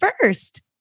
first